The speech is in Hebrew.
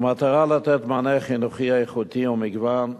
במטרה לתת מענה חינוכי איכותי ומגוון,